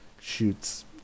shoots